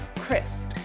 Chris